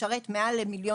משרת מעל ל-1,300,000.